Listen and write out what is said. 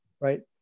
right